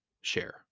share